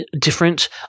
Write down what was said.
different